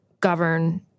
govern